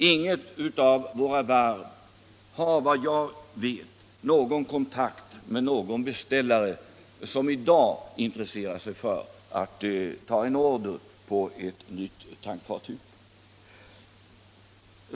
Inget av våra varv har, vad jag vet, kontakt med någon beställare som i dag intresserar sig för att ta en order på ett nytt tankfartyg.